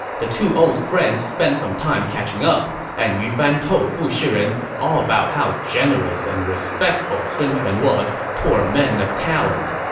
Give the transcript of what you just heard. the two old friends spent some time catching up, and yu fan told fu shiren all about how generous and respectful sun quan was toward men of talent.